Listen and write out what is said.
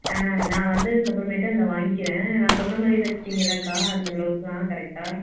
ஆ நான் வந்ததுக்கப்புறமேட்டு வந்து வாங்கிக்கிறேன் நான் சொன்னமாதிரியே தச்சிட்டீங்களேக்கா அந்த ப்லௌஸ்லாம் கரெக்டாக